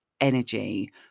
energy